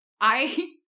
I-